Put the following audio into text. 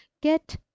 Get